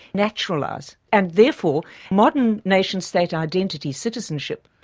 naturalise, and therefore modern nation-state identity, citizenship,